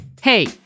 Hey